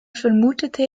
vermutete